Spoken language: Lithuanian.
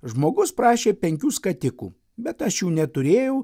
žmogus prašė penkių skatikų bet aš jų neturėjau